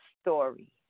story